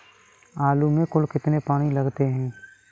आलू में कुल कितने पानी लगते हैं?